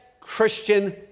Christian